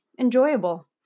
enjoyable